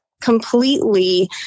completely